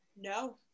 No